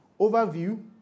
overview